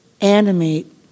animate